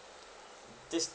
this